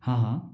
हाँ हाँ